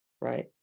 Right